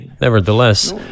Nevertheless